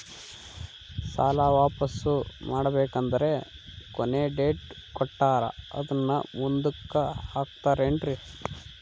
ಸಾಲ ವಾಪಾಸ್ಸು ಮಾಡಬೇಕಂದರೆ ಕೊನಿ ಡೇಟ್ ಕೊಟ್ಟಾರ ಅದನ್ನು ಮುಂದುಕ್ಕ ಹಾಕುತ್ತಾರೇನ್ರಿ?